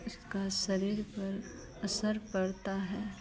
उसका शरीर पर असर पड़ता है